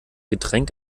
getränk